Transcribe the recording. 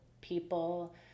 people